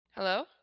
Hello